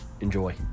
Enjoy